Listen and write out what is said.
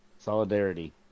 solidarity